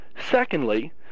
Secondly